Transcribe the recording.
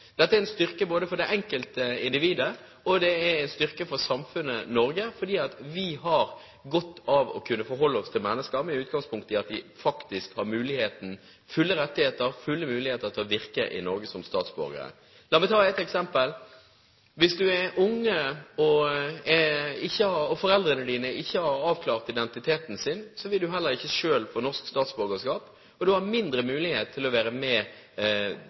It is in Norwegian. Dette er en styrke både for det enkelte individet og for samfunnet Norge, for vi har godt av å kunne forholde oss til mennesker med utgangspunkt i at de faktisk har fulle rettigheter, fulle muligheter, til å virke i Norge som statsborger. La meg ta ett eksempel. Hvis du er ung og foreldrene dine ikke har avklart identiteten sin, vil du heller ikke selv få norsk statsborgerskap, og du har mindre mulighet til å være med